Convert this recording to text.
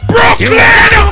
Brooklyn